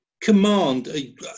command